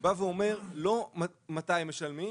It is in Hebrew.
לא בא ואומר מתי משלמים,